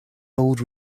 old